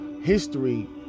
history